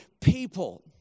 people